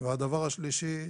הדבר השלישי,